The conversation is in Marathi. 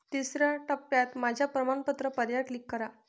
तिसर्या टप्प्यात माझ्या प्रमाणपत्र पर्यायावर क्लिक करा